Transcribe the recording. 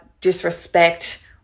disrespect